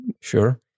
Sure